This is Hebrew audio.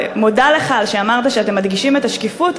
ואני מודה לך על שאמרת שאתם מדגישים את השקיפות,